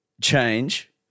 change